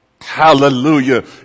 hallelujah